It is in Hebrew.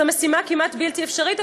זאת משימה כמעט בלתי אפשרית.